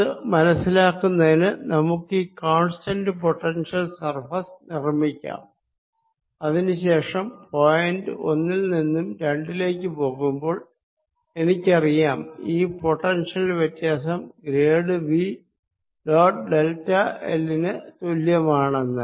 അത് മനസ്സിലാക്കുന്നതിന് നമുക്കീ കോൺസ്റ്റന്റ് പൊട്ടൻഷ്യൽ സർഫേസ് നിർമ്മിക്കാം അതിനു ശേഷം പോയിന്റ് ഒന്നിൽ നിന്നും രണ്ടിലേക്ക് പോകുമ്പോൾ എനിക്കറിയാം ഈ പൊട്ടൻഷ്യൽ വ്യത്യാസം grade V dot delta l നു തുല്യമാണെന്ന്